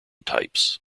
types